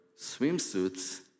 swimsuits